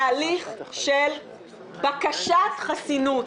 להליך של בקשת חסינות.